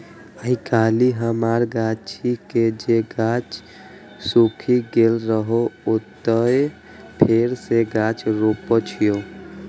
आइकाल्हि हमरा गाछी के जे गाछ सूखि गेल रहै, ओतय फेर सं गाछ रोपै छियै